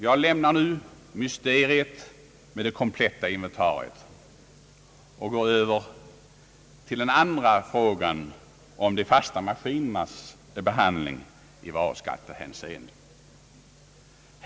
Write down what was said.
Jag lämnar nu mysteriet med det kompletta inventariet och går över till den andra frågan, som gäller de fasta maskinernas behandling i varuskattehänseende.